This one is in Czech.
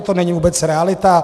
To není vůbec realita.